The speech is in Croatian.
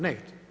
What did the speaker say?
Ne.